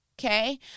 Okay